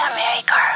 America